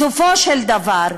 בסופו של דבר,